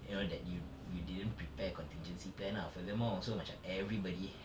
you know that you you didn't prepare contingency plan lah furthermore also macam everybody ha~